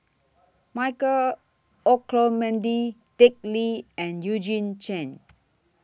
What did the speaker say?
Michael Olcomendy Dick Lee and Eugene Chen